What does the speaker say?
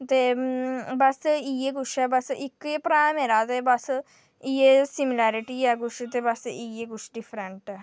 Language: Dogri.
ते बस इ'यै कुछ ऐ बस इक्कै भ्राऽ ऐ मेरा ते बस इ'यै सिमिलैरिटी ऐ कुछ ते बस इ'यै कुछ डिफरैंस ऐ